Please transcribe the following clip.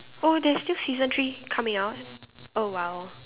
oh there's still season three coming out oh !wow!